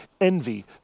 envy